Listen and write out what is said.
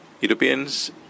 Europeans